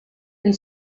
and